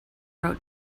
wrote